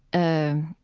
ah,